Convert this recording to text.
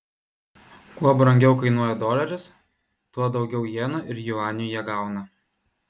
kuo brangiau kainuoja doleris tuo daugiau jenų ir juanių jie gauna